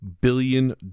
billion